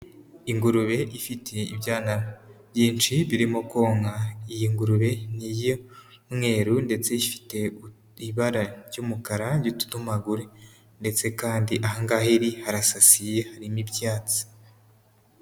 Ingurube ifite ibyana byinshi birimo konka, iyi ngurube ni iy'umweru ndetse ifite iribara ry'umukara ry'utudomagure ndetse kandi aha ngaha iri harasasiye harimo ibyatsi.